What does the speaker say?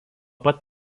pat